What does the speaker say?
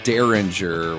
Derringer